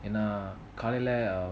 என்ன காலைல:enna kaalaila